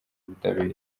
ubutabera